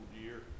year